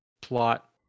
plot